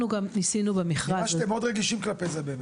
אנחנו גם ניסינו במכרז --- אני מבין שאתם מאוד רגישים כלפי זה באמת.